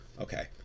Okay